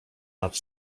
nad